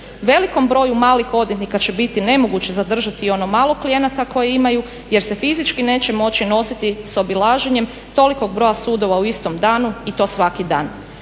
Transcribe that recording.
Velikom broju malih odvjetnika će biti nemoguće zadržati i ono malo klijenata koje imaju jer se fizički neće moći nositi sa obilaženjem tolikog broja sudova u istom danu i to svaki dan.